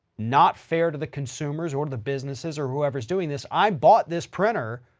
not fair to the consumers or the businesses or whoever's doing this. i bought this printer,